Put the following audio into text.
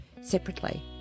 separately